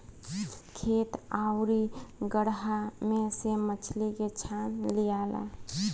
खेत आउरू गड़हा में से मछली के छान लियाला